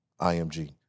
IMG